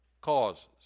causes